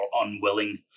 unwilling